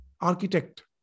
architect